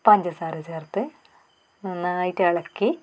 പഞ്ചസാര ചേർത്ത് നന്നായിട്ട് ഇളക്കി